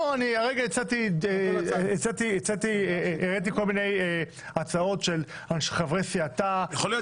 אני הראיתי כל מיני הצעות של חברי סיעתה --- יכול להיות